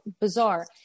bizarre